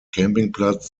campingplatz